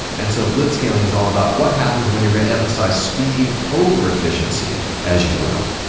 and so blitzscaling is all about what happens when you're going to emphasize speed over efficiency as you grow.